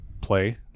play